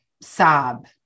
sob